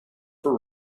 for